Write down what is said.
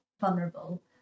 vulnerable